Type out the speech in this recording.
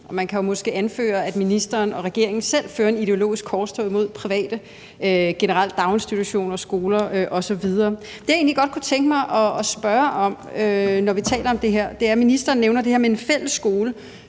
og man kan jo måske anføre, at ministeren og regeringen selv fører et ideologisk korstog imod private: generelt daginstitutioner, skoler osv. Det, jeg egentlig godt kunne tænke mig at spørge til, når vi taler om det her, er det her, ministeren nævner med en fælles skole.